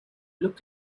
look